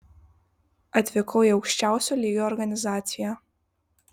atvykau į aukščiausio lygio organizaciją